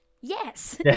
Yes